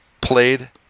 played